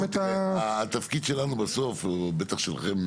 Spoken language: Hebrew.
התפקיד שלנו בסוף ובטח שלכם,